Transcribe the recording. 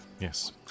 Yes